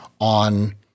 on